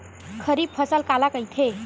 खरीफ फसल काला कहिथे?